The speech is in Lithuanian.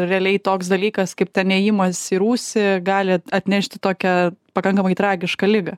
realiai toks dalykas kaip ten ėjimas į rūsį gali atnešti tokią pakankamai tragišką ligą